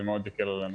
זה מאוד יקל עלינו.